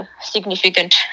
significant